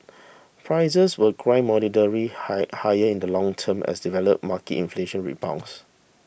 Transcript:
prices will grind moderately high higher in the longer term as developed market inflation rebounds